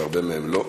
ועם הרבה מהם לא.